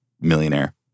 millionaire